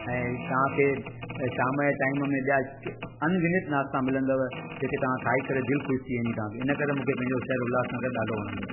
ऐं तव्हांखे शाम जे टाइम में ॿिया के अनगिनत नास्ता मिलंदव जेके तव्हां खाई करे दिलि ख़ुशि थी वेंदी तव्हांखे इन करे मूंखे पंहिंजो शहरु उल्हासनगर ॾाढो वणंदो आहे